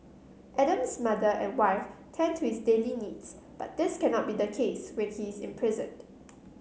Adam's mother and wife tend to his daily needs but this cannot be the case when he is imprisoned